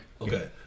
okay